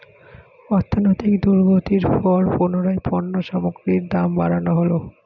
অর্থনৈতিক দুর্গতির পর পুনরায় পণ্য সামগ্রীর দাম বাড়ানো হলো